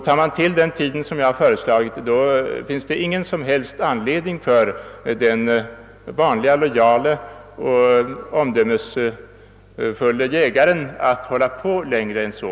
Tar man till tiden som jag har föreslagit, finns det ingen som helst anledning för den vanlige, lojale, omdömesgille jägaren att hålla på längre än så.